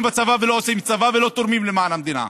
בצבא ולא עושים צבא ולא תורמים למען המדינה.